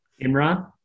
Imran